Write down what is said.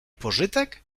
pożytek